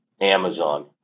Amazon